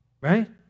right